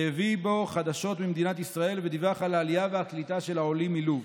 שהביא בו חדשות ממדינת ישראל ודיווח על העלייה והקליטה של העולים מלוב.